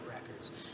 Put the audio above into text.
records